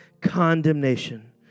condemnation